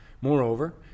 Moreover